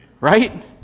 right